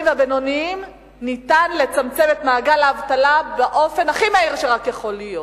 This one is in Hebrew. והבינוניים אפשר לצמצם את מעגל האבטלה באופן הכי מהיר שרק יכול להיות.